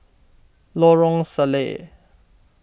Lorong Salleh